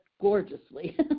gorgeously